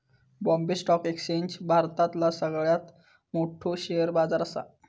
Bombay stock exchange भारतातला सगळ्यात मोठो शेअर बाजार असा